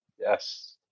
Yes